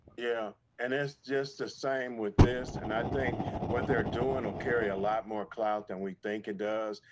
yeah, and that's just the same with this, and i think what they are doing will carry a lot more clout than we think it does.